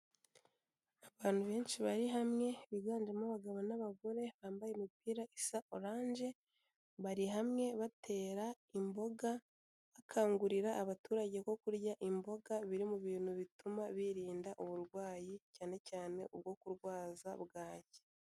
Abantu benshi bari hamwe biganjemo abagabo n'abagore, bambaye imipira isa oranje, bari hamwe batera imboga, bakangurira abaturage ko kurya imboga biri mu bintu bituma birinda uburwayi cyane cyane ubwo kurwaza bwaki.